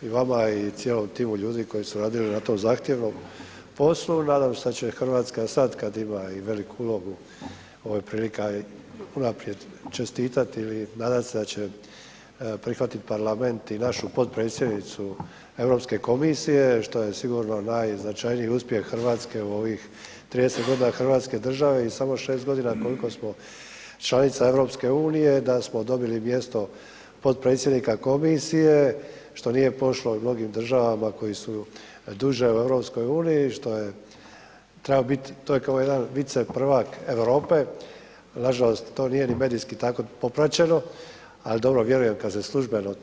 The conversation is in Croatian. Hvala na odgovoru, evo i čestitam i vama i cijelom timu ljudi koji su radili na tom zahtjevnom poslu, nadam se da će Hrvatska sad kad ima i veliku ulogu, ovo je prilika i unaprijed čestitati i nadam se da će prihvatiti Parlament i našu potpredsjednicu Europske komisije što je sigurno najznačajniji uspjeh Hrvatske u ovih 30 g. hrvatske države i samo 6 g. koliko smo članica EU-a da smo dobili mjesto potpredsjednika komisije što nije pošlo mnogim državama koje su duže u EU-u što je, treba biti, to je kao jedan viceprvak Europe, nažalost, to nije ni medijski tako popraćeno, ali odbor, vjerujem kad se službeno